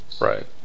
Right